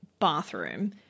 bathroom